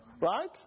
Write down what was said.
Right